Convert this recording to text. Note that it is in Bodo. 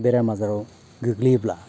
बेराम आजाराव गोग्लैयोब्ला